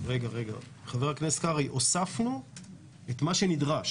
חבר הכנסת קרעי, הוספנו מה שנדרש